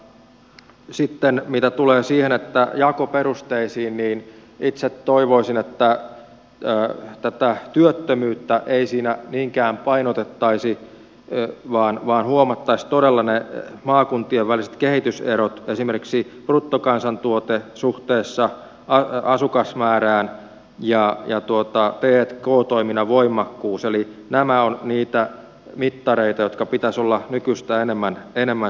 ja sitten mitä tulee jakoperusteisiin niin itse toivoisin että tätä työttömyyttä ei siinä niinkään painotettaisi vaan huomattaisiin todella ne maakuntien väliset kehityserot esimerkiksi bruttokansantuote suhteessa asukasmäärään ja t k toiminnan voimakkuus eli nämä ovat niitä mittareita joiden pitäisi olla nykyistä enemmän siinä esillä